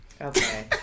Okay